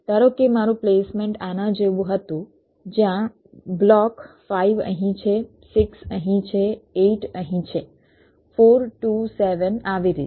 ધારો કે મારું પ્લેસમેન્ટ આના જેવું હતું જ્યાં બ્લોક 5 અહીં છે 6 અહીં છે 8 અહીં છે 4 2 7 આવી રીતે